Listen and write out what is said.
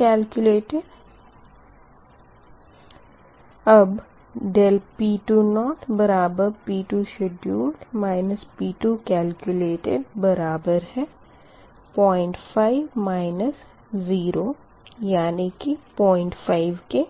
calculated अब ∆p2P2sheduled P2 calculated बराबर है 05 00 यानी कि 050 के